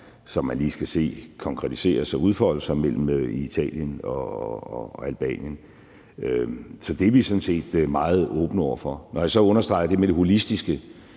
som man lige skal se konkretiseres og udfolde sig, mellen Italien og Albanien. Så det er vi sådan set meget åbne over for. Når jeg så understreger det med det holistiske,